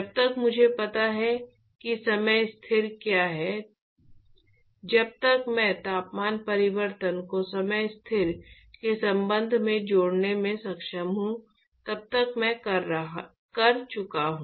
जब तक मुझे पता है कि समय स्थिर क्या है जब तक मैं तापमान परिवर्तन को समय स्थिर के संबंध में जोड़ने में सक्षम हूं तब तक मैं कर चुका हूं